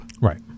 Right